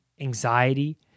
anxiety